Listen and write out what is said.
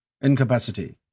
incapacity